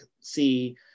see